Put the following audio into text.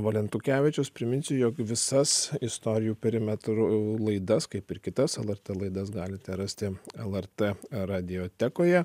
valentukevičius priminsiu jog visas istorijų perimetro laidas kaip ir kitas lrt laidas galite rasti lrt radiotekoje